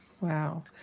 wow